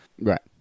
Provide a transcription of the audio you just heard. right